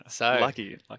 Lucky